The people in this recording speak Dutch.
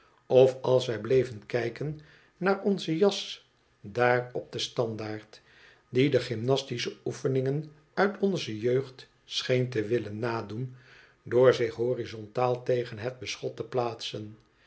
of als wij bleven kijken naar onze jas daar op den standaard die de gymnastische oefeningen uit onze jeugd scheen te willen nadoen door zich horizontaal tegen het beschot te plaatsen